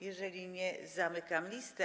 Jeżeli nie, zamykam listę.